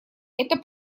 это